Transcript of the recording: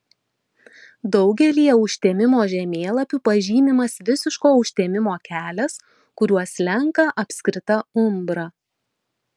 daugelyje užtemimo žemėlapių pažymimas visiško užtemimo kelias kuriuo slenka apskrita umbra